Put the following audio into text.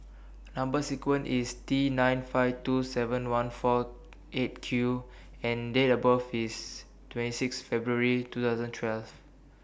Number sequence IS T nine five two seven one four eight Q and Date of birth IS twenty six February two thousand and twelve